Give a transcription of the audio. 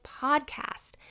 podcast